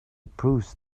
improves